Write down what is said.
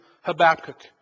Habakkuk